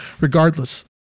regardless